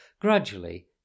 Gradually